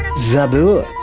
zabur.